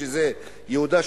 שזה יהודה,